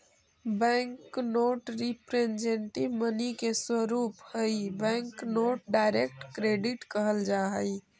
bank note representative money के स्वरूप हई बैंक नोट डायरेक्ट क्रेडिट कहल जा हई